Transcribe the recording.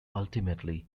ultimately